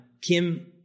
Kim